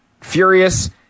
furious